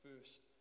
first